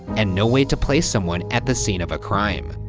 and no way to place someone at the scene of a crime.